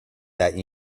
that